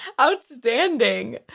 outstanding